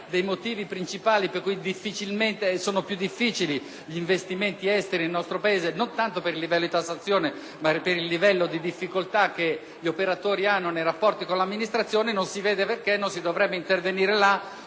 dei motivi principali per cui sono più difficili gli investimenti esteri da noi, non tanto per il livello di tassazione, ma proprio per il livello di difficoltà che gli operatori hanno nei rapporti con l'amministrazione, non si vede dunque perché non si dovrebbe intervenire là